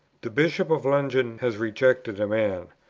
the bishop of london has rejected a man,